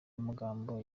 amagambo